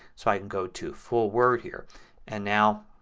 so i can go to full word here and now,